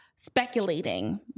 speculating